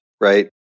Right